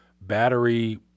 battery